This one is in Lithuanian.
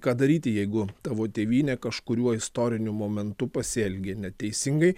ką daryti jeigu tavo tėvynė kažkuriuo istoriniu momentu pasielgė neteisingai